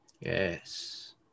Yes